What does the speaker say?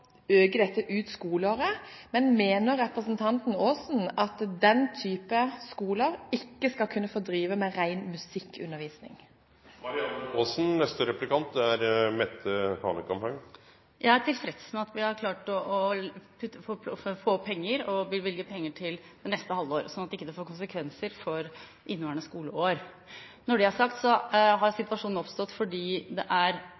øke dette ut skoleåret, men mener representanten Aasen at den type skoler ikke skal kunne få drive med ren musikkundervisning? Jeg er tilfreds med at vi har klart å bevilge penger til neste halvår, sånn at det ikke får konsekvenser for inneværende skoleår. I alle disse årene som Stortinget har bevilget penger, har det vært kun én skole. Det har ikke vært skoler; det har